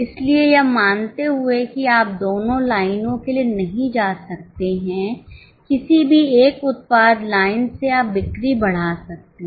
इसलिए यह मानते हुए कि आप दोनों लाइनों के लिए नहीं जा सकते हैं किसी भी एक उत्पाद लाइन से आप बिक्री बढ़ा सकते हैं